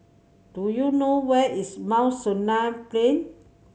do you know where is Mount Sinai Plain